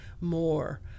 more